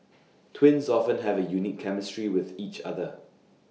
twins often have A unique chemistry with each other